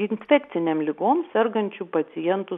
infekcinėm ligom sergančių pacientų